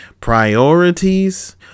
priorities